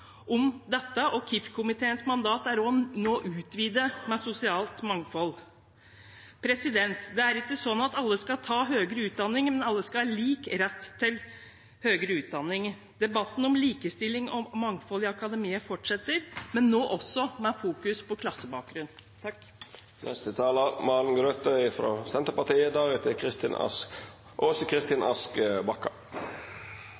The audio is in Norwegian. om dette, og Kif-komiteens mandat er nå også utvidet med sosialt mangfold. Det er ikke sånn at alle skal ta høyere utdanning, men alle skal ha lik rett til høyere utdanning. Debatten om likestilling og mangfold i akademia fortsetter, men nå også med fokus på klassebakgrunn.